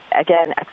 again